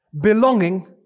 belonging